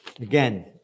Again